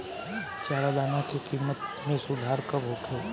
चारा दाना के किमत में सुधार कब होखे?